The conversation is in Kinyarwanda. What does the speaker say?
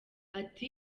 ati